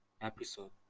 episode